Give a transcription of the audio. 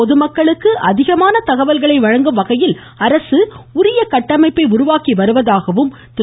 பொதுமக்களுக்கு அதிகமான தகவல்களை வழங்கும் வகையில் அரசு உரிய கட்டமைப்பை உருவாக்கி வருவதாகவும் திரு